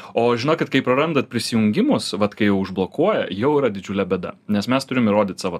o žinokit kai prarandat prisijungimus vat kai užblokuoja jau yra didžiulė bėda nes mes turim įrodyti savo